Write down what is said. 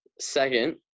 Second